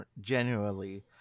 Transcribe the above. genuinely